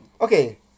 Okay